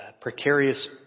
precarious